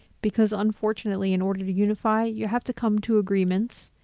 because unfortunately, in order to unify, you have to come to agreements,